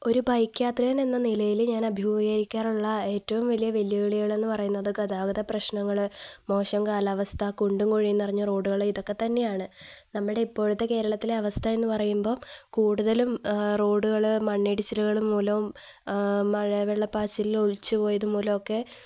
ഒരു ബൈക്ക് യാത്രികൻ എന്ന നിലയില് ഞാൻ അഭിമുഖീകരിക്കാറുള്ള ഏറ്റവും വലിയ വെല്ലുവിളികളെന്നു പറയുന്നത് ഗതാഗത പ്രശ്നങ്ങള് മോശം കാലാവസ്ഥ കുണ്ടും കുഴിയും നിറഞ്ഞ റോഡുകള് ഇതൊക്കെ തന്നെയാണ് നമ്മുടെ ഇപ്പോഴത്തെ കേരളത്തിലെ അവസ്ഥ എന്നു പറയുമ്പോള് കൂടുതലും റോഡുകള് മണ്ണിടിച്ചിലുകള്മൂലം മഴവെള്ളപ്പാച്ചിലില് ഒലിച്ചുപോയതു മൂലമൊക്കെ